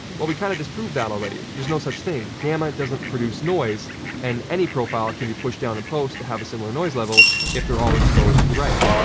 well, we kind of disproved that already. there's no such thing. gamma doesn't produce noise and any profile can be pushed down in post to have a similar noise level if they're all exposed to the right.